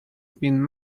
been